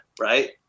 right